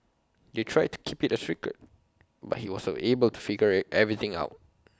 they tried to keep IT A secret but he was able to figure everything out